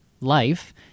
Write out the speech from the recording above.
life